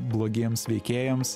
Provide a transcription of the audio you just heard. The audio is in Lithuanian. blogiems veikėjams